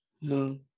no